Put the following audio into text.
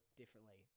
differently